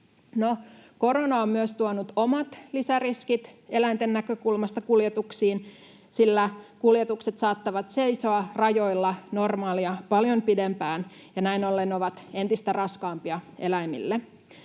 Korona on tuonut myös omat lisäriskit eläinten näkökulmasta kuljetuksiin, sillä kuljetukset saattavat seisoa rajoilla paljon normaalia pidempään, ja näin ollen ne ovat entistä raskaampia eläimille.